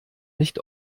nicht